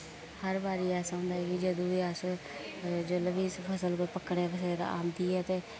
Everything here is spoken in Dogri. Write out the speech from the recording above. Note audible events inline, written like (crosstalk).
हर बारी ऐसा होंदा ऐ कि जदूं दे अस जिल्लै बी फसल कोई पक्कने (unintelligible) औंदी ऐ ते